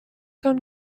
son